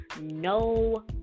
no